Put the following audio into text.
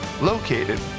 located